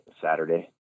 Saturday